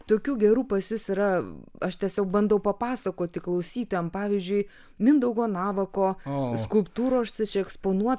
tokių gerų pas jus yra aš tiesiog bandau papasakoti klausytojam pavyzdžiui mindaugo navako skulptūros išeksponuotos